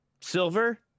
Silver